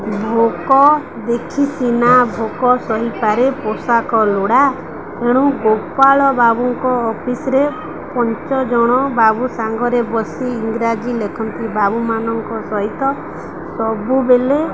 ଭୋକ ଦେଖି ସିନା ଭୋକ ସହିପାରେ ପୋଷାକ ଲୋଡ଼ା ଏଣୁ ଗୋପାଳ ବାବୁଙ୍କ ଅଫିସରେ ପଞ୍ଚ ଜଣ ବାବୁ ସାଙ୍ଗରେ ବସି ଇଂରାଜୀ ଲେଖନ୍ତି ବାବୁମାନଙ୍କ ସହିତ ସବୁବେଲେ